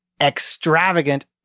extravagant